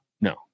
No